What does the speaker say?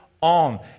on